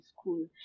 school